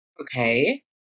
Okay